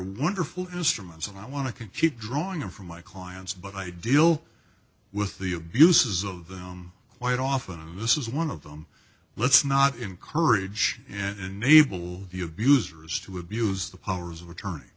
wonderful instruments and i want to can keep drawing them for my clients but i deal with the abuses of them quite often and this is one of them let's not encourage and enable the abusers to abuse the powers of attorney